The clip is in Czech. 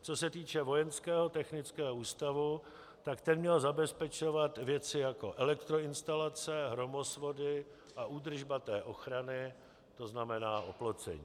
Co se týče Vojenského technického ústavu, tak ten měl zabezpečovat věci jako elektroinstalace, hromosvody a údržba té ochrany, tzn. oplocení.